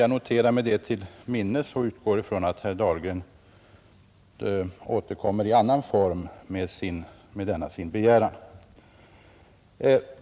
Jag noterar mig det till minnes och utgår ifrån att herr Dahlgren återkommer i annan form med denna sin begäran.